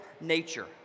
nature